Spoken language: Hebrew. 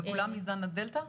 כולם מזן הדלתא?